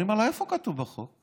אני אומר לה: איפה כתוב בחוק?